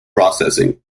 processing